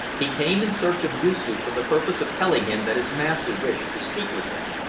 he came in search of yoosoof for the purpose of telling him that his master wished to speak with him.